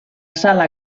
sala